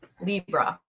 Libra